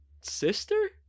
sister